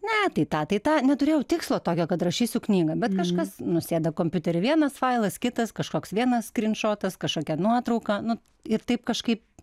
ne tai tą tai tą neturėjau tikslo tokio kad rašysiu knygą bet kažkas nusėda kompiutery vienas failas kitas kažkoks vienas skrynšotas kažkokia nuotrauka nu ir taip kažkaip